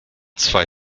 zwei